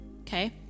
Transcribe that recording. okay